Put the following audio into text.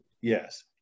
Yes